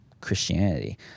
Christianity